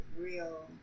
real